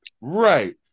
Right